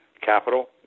capital